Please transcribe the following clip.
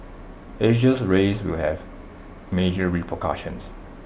Asia's rise will have major repercussions